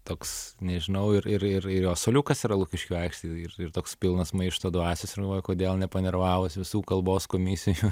toks nežinau ir ir ir jo suoliukas yra lukiškių aikštėj ir ir toks pilnas maišto dvasios ir galvoju kodėl nepanervavus visų kalbos komisijų